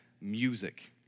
music